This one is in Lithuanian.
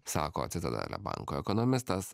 sako citadele banko ekonomistas